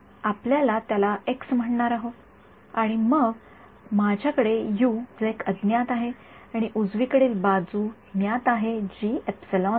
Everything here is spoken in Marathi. तर आपण त्याला एक्स म्हणणार आहोत आणि मग माझ्याकडे यू जे एक अज्ञात आहे आणि उजवीकडील बाजू ज्ञात आहे जी आहे